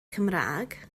cymraeg